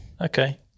okay